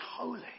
holy